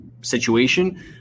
situation